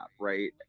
right